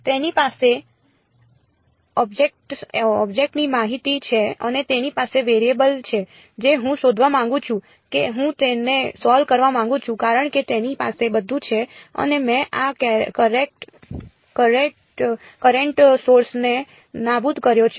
તેની પાસે ઑબ્જેક્ટની માહિતી છે અને તેની પાસે વેરીએબલ છે જે હું શોધવા માંગુ છું કે હું તેને સોલ્વ કરવા માંગુ છું કારણ કે તેની પાસે બધું છે અને મેં આ કરેંટ સોર્સ ને નાબૂદ કર્યો છે